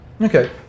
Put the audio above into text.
Okay